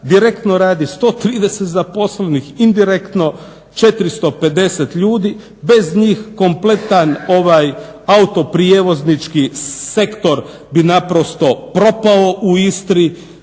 direktno radi 130 zaposlenih, indirektno 450 ljudi. Bez njih kompletan autoprijevoznički sektor bi naprosto propao u Istri.